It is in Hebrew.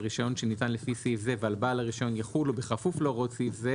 רישיון שניתן לפי סעיף זה ועל בעל הרישיון יחולו בכפוף להוראות סעיף זה